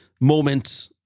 moment